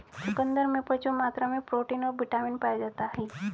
चुकंदर में प्रचूर मात्रा में प्रोटीन और बिटामिन पाया जाता ही